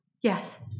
Yes